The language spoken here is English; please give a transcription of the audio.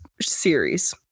series